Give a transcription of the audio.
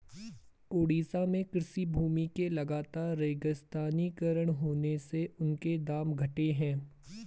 ओडिशा में कृषि भूमि के लगातर रेगिस्तानीकरण होने से उनके दाम घटे हैं